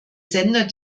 sender